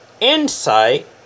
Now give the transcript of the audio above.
insight